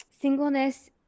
singleness